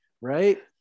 right